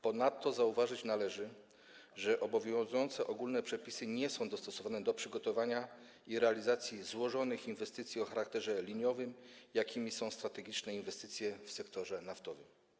Ponadto zauważyć należy, że obowiązujące ogólne przepisy nie są dostosowane do przygotowania i realizacji złożonych inwestycji o charakterze liniowym, jakimi są strategiczne inwestycje w sektorze naftowym.